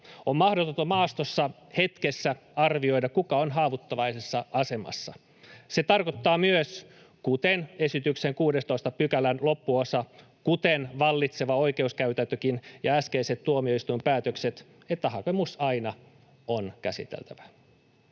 On mahdotonta maastossa hetkessä arvioida, kuka on haavoittuvaisessa asemassa. Se tarkoittaa myös, kuten esityksen 16 §:n loppuosa ja kuten vallitseva oikeuskäytäntökin ja äskeiset tuomioistuinpäätökset, että hakemus aina on käsiteltävä.